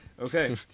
okay